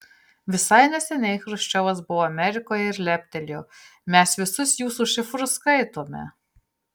visai neseniai chruščiovas buvo amerikoje ir leptelėjo mes visus jūsų šifrus skaitome